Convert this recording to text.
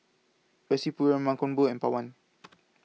Rasipuram Mankombu and Pawan